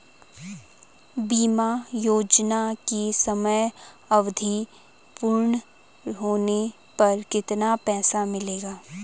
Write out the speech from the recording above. बीमा योजना की समयावधि पूर्ण होने पर कितना पैसा मिलेगा?